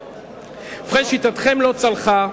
ובכן, שיטתכם לא צלחה.